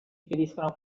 impediscono